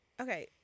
okay